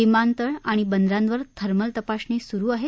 विमानतळ आणि बंदरांवर थर्मल तपासणी सुरु आहे